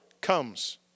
comes